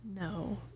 No